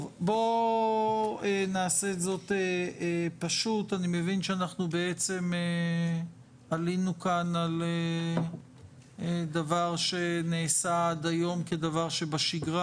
אני מבין שאנחנו עלינו כאן על דבר שנעשה עד היום כדבר שבשגרה